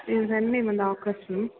என் son name வந்து Akash ma'am